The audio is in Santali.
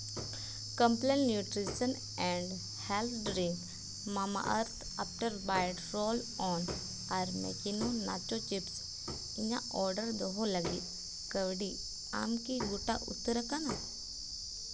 complain nutrient and health drink Mamaearth after by ᱰᱨᱚᱞ ᱚᱱ ᱟᱨ ᱢᱮᱠᱮᱱᱤᱝ ᱱᱟᱴᱳ ᱪᱤᱯᱥ ᱤᱧᱟᱹᱜ ᱚᱰᱟᱨ ᱫᱚᱦᱚ ᱞᱟᱹᱜᱤᱫ ᱠᱟᱹᱣᱰᱤ ᱟᱢ ᱠᱤ ᱜᱳᱴᱟ ᱩᱛᱟᱹᱨ ᱟᱠᱟᱱᱟ